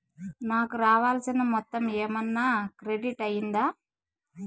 నాకు రావాల్సిన మొత్తము ఏమన్నా క్రెడిట్ అయ్యిందా